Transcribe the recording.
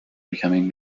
becoming